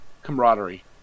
Camaraderie